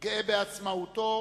גאה בעצמאותו,